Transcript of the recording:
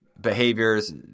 behaviors